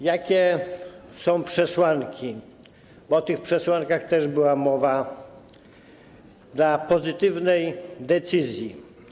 Jakie są przesłanki, bo o tych przesłankach też była mowa, dla pozytywnej decyzji?